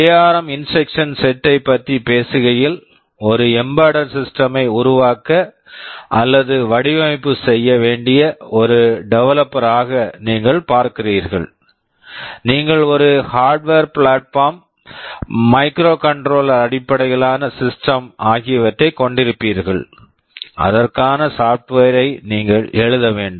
ARM ARM instruction Instruction set set type பற்றி பேசுகையில் ஒரு எம்பெட்டட் சிஸ்டம் embedded system ஐ உருவாக்க அல்லது வடிவமைப்பு செய்ய வேண்டிய ஒரு டெவலப்பர் developer ஆக நீங்கள் பார்க்கிறீர்கள் நீங்கள் ஒரு hardware hardware platform platform microcontroller microcontroller அடிப்படையிலான சிஸ்டம் system ஆகியவற்றைக் கொண்டிருப்பீர்கள் அதற்கான சாப்ட்வேர் software ஐ நீங்கள் எழுத வேண்டும்